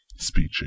speeching